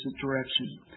direction